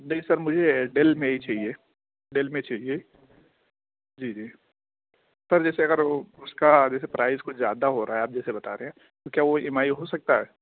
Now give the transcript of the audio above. نہیں سر مجھے ڈیل میں ہی چاہیے ڈیل میں چاہیے جی جی سر جیسے اگر وہ اس کا جیسے پرائس کچھ زیادہ ہو رہا ہے آپ جیسے بتا رہے ہیں تو کیا وہ ای ایم آئی ہو سکتا ہے